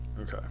Okay